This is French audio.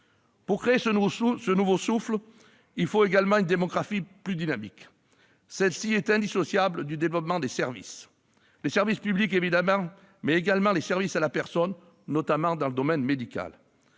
Pour créer ce nouveau souffle, il faut également une démographie plus dynamique, qui est indissociable du développement des services publics, évidemment, mais aussi des services à la personne, notamment dans le domaine médical.